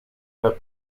her